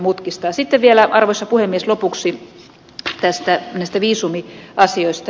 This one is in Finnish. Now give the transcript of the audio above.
sitten vielä arvoisa puhemies lopuksi näistä viisumiasioista